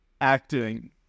acting